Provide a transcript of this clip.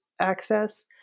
access